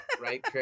right